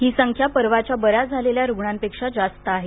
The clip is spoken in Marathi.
ही संख्या परवाच्या बऱ्या झालेल्या रुग्णांपेक्षा जास्त आहे